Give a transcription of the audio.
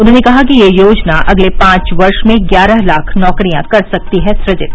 उन्होंने कहा ये योजना अगले पांच वर्ष में ग्यारह लाख नौकरियां कर सकती है सुजित